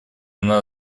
она